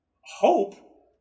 hope